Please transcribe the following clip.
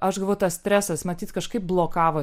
aš galvoju tas stresas matyt kažkaip blokavo